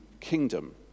kingdom